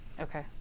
Okay